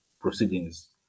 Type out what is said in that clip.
proceedings